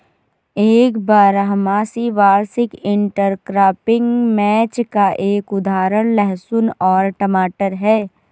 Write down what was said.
एक बारहमासी वार्षिक इंटरक्रॉपिंग मैच का एक उदाहरण लहसुन और टमाटर है